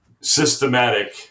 systematic